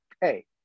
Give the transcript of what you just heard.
hey